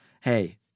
hey